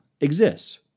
exists